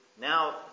Now